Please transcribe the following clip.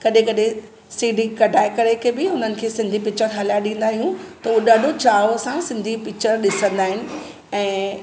कॾहिं कॾहिं C D कढाए करे के बि उन्हनि खे सिंधी पिक्चर हलाए ॾींदा आहियूं त उ ॾाढो चाह सां सिंधी पिक्चर ॾिसंदा आहिनि ऐं